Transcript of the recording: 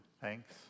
Thanks